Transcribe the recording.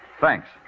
Thanks